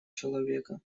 человека